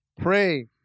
pray